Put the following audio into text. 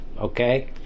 Okay